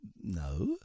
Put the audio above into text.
No